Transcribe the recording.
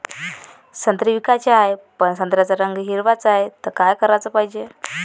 संत्रे विकाचे हाये, पन संत्र्याचा रंग हिरवाच हाये, त का कराच पायजे?